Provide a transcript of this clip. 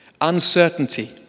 uncertainty